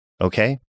okay